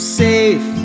safe